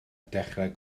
dechrau